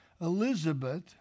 Elizabeth